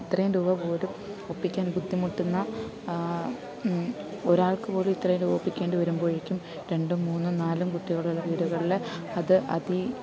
ഇത്രയും രൂപ പോലും ഒപ്പിക്കാൻ ബുദ്ധിമുട്ടുന്ന ഒരാൾക്ക് പോലും ഇത്ര രൂപ ഒപ്പിക്കേണ്ടി വരുമ്പോഴേക്കും രണ്ടും മൂന്നും നാലും കുട്ടികളുള്ള വീടുകളിൽ അത് അതി